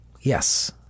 yes